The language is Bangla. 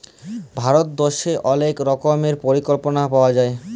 ভারত দ্যাশে অলেক রকমের পরিকল্পলা পাওয়া যায়